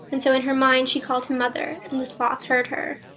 and so in her mind she called him mother, and the sloth heard her.